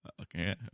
Okay